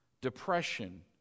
depression